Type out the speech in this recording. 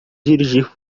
dirigir